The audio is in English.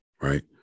Right